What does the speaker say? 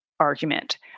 argument